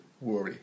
Worry